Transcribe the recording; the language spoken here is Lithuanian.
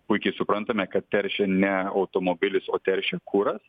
puikiai suprantame kad teršia ne automobilis o teršia kuras